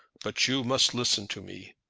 but you must listen to me.